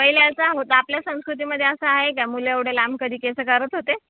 पहिले असं होतं आपल्या संस्कृतीमध्ये असं आहे का मुलं एवढे लांब कधी केस करत होते